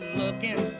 looking